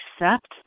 accept